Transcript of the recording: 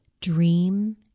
dream